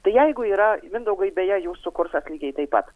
tai jeigu yra mindaugai beje jūsų kursas lygiai taip pat